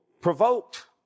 provoked